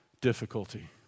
difficulty